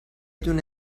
دونه